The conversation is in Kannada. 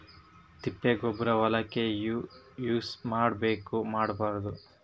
ತಿಪ್ಪಿಗೊಬ್ಬರ ಹೊಲಕ ಯೂಸ್ ಮಾಡಬೇಕೆನ್ ಮಾಡಬಾರದು?